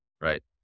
Right